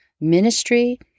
ministry